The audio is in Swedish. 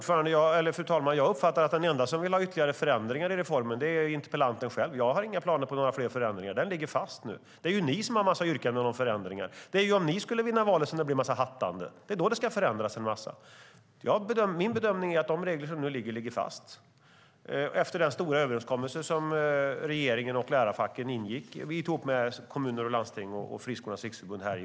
Fru talman! Jag uppfattar det som att den enda som vill ha ytterligare förändringar av reformen är interpellanten själv. Jag har inga planer på några ytterligare förändringar. Reformen ligger fast. Det är ju ni som har en massa yrkanden om förändringar. Det är ju om ni skulle vinna valet som det blir en massa hattande. Min bedömning är att reglerna nu ligger fast efter den stora överenskommelse som ingicks i våras av regeringen, lärarfacken, kommuner och landsting samt Friskolornas riksförbund.